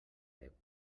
déu